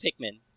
Pikmin